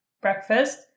breakfast